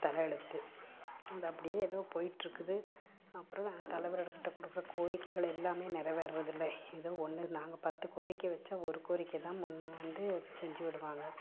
தலையெழுத்து இது அப்படியே எதோ போயிட்டுருக்குது அப்புறம் நான் தலைவர்கள்கிட்ட கொடுக்குற கோரிக்கைகள் எல்லாம் நிறைவேறதுல்ல எதோ ஒன்று நாங்கள் பத்து கோரிக்க வச்சா ஒரு கோரிக்கைதான் முன்வந்து அது செஞ்சு விடுவாங்க